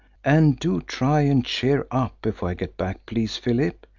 and do try and cheer up before i get back, please, philip.